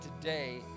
today